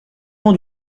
mon